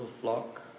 flock